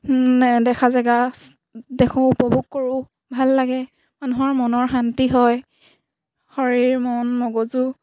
নেদেখা জেগা দেখোঁ উপভোগ কৰোঁ ভাল লাগে মানুহৰ মনৰ শান্তি হয় শৰীৰ মন মগজু